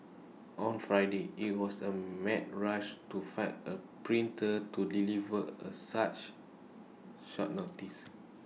on Friday IT was A mad rush to find A printer to deliver A such short notice